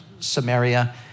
Samaria